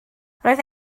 roedd